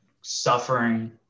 suffering